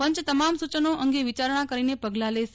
પંચ તમામ સૂચનો અંગે વિચારણા કરીને પગલાં લેશે